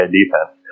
defense